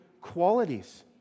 qualities